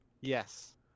Yes